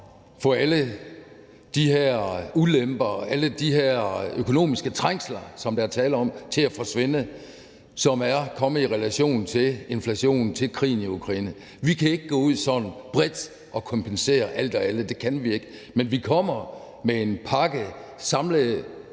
få alle de her ulemper og alle de her økonomiske trængsler, som der er tale om, og som er kommet i relation til inflationen og krigen i Ukraine, til at forsvinde. Vi kan ikke gå ud sådan bredt og kompensere alt og alle. Det kan vi ikke. Men vi kommer med en samlet